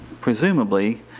presumably